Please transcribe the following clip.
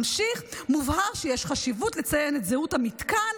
הוא ממשיך: מובהר שיש חשיבות לציין את זהות המתקן.